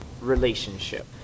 relationship